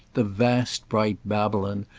the vast bright babylon,